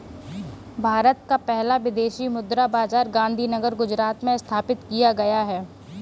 भारत का पहला विदेशी मुद्रा बाजार गांधीनगर गुजरात में स्थापित किया गया है